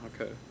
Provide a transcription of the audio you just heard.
Okay